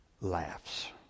laughs